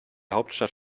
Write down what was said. hauptstadt